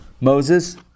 Moses